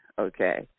okay